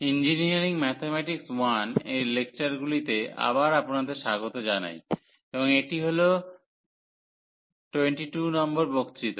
engineering mathematics 1 এর লেকচারগুলিতে আবার আপনাদের স্বাগত জানাই এবং এটি হল 22 নম্বর বক্তৃতা